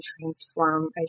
transform